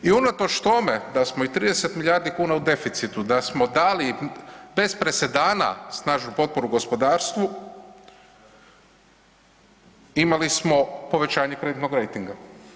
I unatoč tome da smo i 30 milijardi u deficitu, da smo dali bez presedana snažnu potporu gospodarstvu imali smo povećanje kreditnog rejtinga.